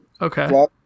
Okay